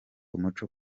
umuco